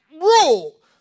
rule